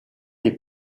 est